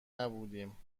نبودیم